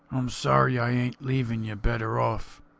i'm sorry i ain't leaving you better off